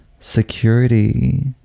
Security